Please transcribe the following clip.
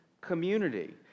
community